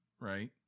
right